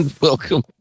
Welcome